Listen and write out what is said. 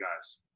guys